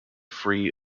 free